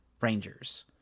Rangers